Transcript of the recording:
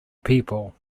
people